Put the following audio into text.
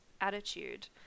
attitude